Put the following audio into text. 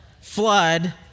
flood